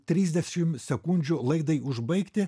trisdešim sekundžių laidai užbaigti